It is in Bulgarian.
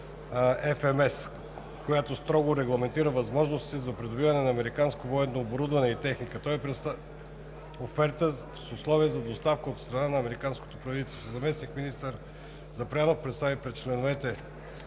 която строго регламентира възможностите за придобиване на американско военно оборудване и техника. Той представлява оферта с условия за доставка от страна на американското правителство. Заместник-министър Запрянов представи пред членовете